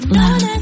love